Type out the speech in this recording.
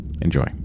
Enjoy